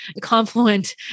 Confluent